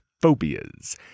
phobias